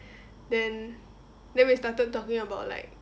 then then we started talking about like